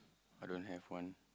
I don't have one